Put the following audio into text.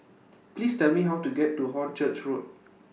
Please Tell Me How to get to Hornchurch Road